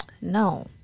No